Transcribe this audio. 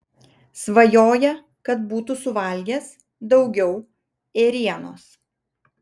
svajoja kad būtų suvalgęs daugiau ėrienos